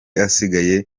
asigaye